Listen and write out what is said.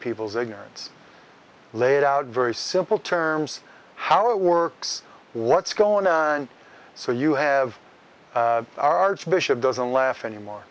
people's ignorance laid out very simple terms how it works what's going on and so you have archbishop doesn't laugh anymore